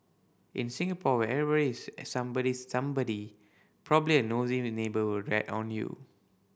in Singapore where every is somebody's somebody probably a nosy neighbour will rat on you